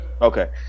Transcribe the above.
Okay